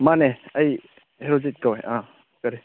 ꯃꯥꯅꯦ ꯑꯩ ꯍꯦꯔꯣꯖꯤꯠ ꯀꯧꯋꯦ ꯑꯥ ꯀꯔꯤ